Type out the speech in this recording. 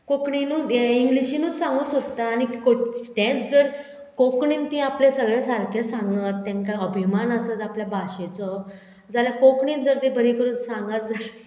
कोंकणीनूत ये इंग्लिशीनूच सांगूंक सोदता आनी तेच जर कोंकणीन ती आपले सगळे सारके सांगत तेंकां अभिमान आसत आपल्या भाशेचो जाल्यार कोंकणीन जर ते बरी करून सांगत जा